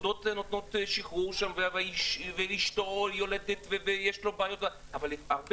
הפקודות נותנות שחרור ואשתו יולדת ויש לו בעיות אבל הרבה